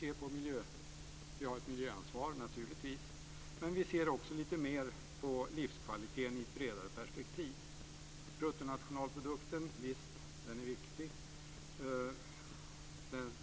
Vi har naturligtvis ett miljöansvar men vi ser också lite mer på livskvaliteten i ett vidare perspektiv. Bruttonationalprodukten är förvisso viktig.